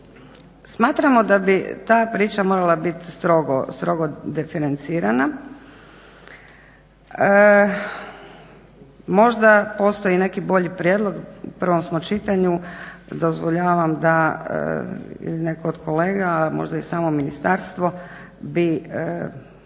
Smatramo da bi ta priča morala biti strogo diferencirana. Možda postoji neki bolji prijedlog, u prvom smo čitanju, dozvoljavam da netko od kolega, možda i samo Ministarstvo bi